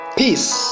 peace